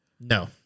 no